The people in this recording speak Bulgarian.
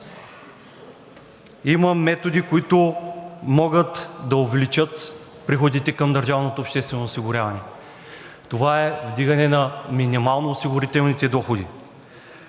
има методи, които могат да увеличат приходите към държавното обществено осигуряване. Това е вдигане на минимално осигурителните доходи